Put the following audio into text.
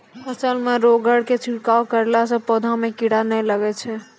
फसल मे रोगऽर के छिड़काव करला से पौधा मे कीड़ा नैय लागै छै?